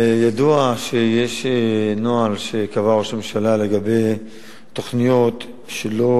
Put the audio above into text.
ידוע שיש נוהל שקבע ראש הממשלה לגבי תוכניות, שלא